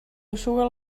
eixuga